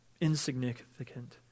insignificant